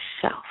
self